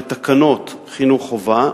בתקנות חינוך חובה,